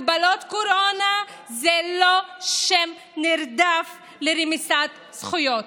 הגבלות קורונה זה לא שם נרדף לרמיסת זכויות.